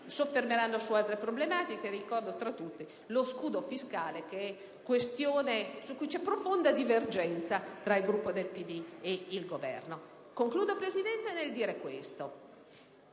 soffermeranno su altre problematiche. Ricordo, tra tutte, lo scudo fiscale, questione su cui c'è profonda divergenza tra il Gruppo del PD e il Governo. Concludo, signor Presidente.